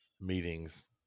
meetings